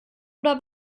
oder